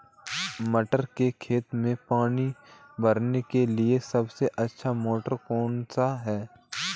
मटर के खेत में पानी भरने के लिए सबसे अच्छा मोटर कौन सा है?